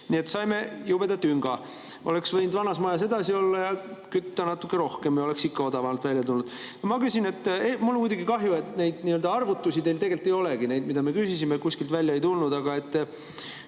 Nii et saime jubeda tünga. Oleks võinud vanas majas edasi olla, kütta natuke rohkem ja oleks ikka odavamalt välja tulnud. Ma küsin. Mul on muidugi kahju, et neid arvutusi teil tegelikult ei olegi – neid, mida me küsisime, need kuskilt välja ei tulnud. Aga